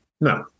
No